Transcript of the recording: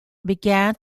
began